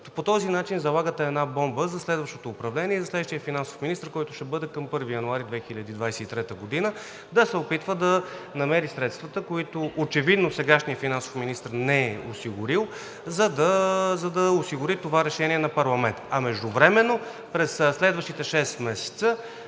По този начин залагате една бомба за следващото управление, за следващия финансов министър, който ще бъде към 1 януари 2023 г., да се опитва да намери средствата, които очевидно сегашният финансов министър не е осигурил, за да осигури това решение на парламента. А междувременно през следващите шест месеца